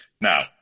Now